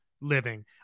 living